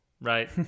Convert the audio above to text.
Right